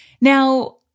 Now